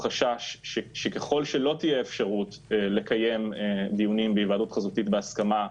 שככל שלא תהיה אפשרות לקיים דיונים בהיוועדות חזותית בהסכמה,